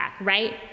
right